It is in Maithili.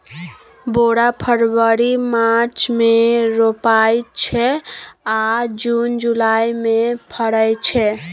बोरा फरबरी मार्च मे रोपाइत छै आ जुन जुलाई मे फरय छै